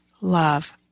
love